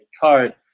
card